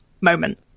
moment